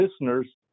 listeners